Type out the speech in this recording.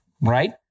right